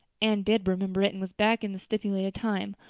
anne did remember it and was back in the stipulated time,